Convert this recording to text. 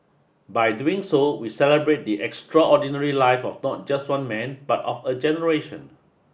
by doing so we celebrate the extraordinary life of not just one man but of a generation